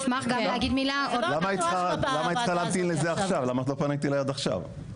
למה היא צריכה להמתין לזה עכשיו?